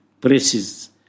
presses